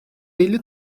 elli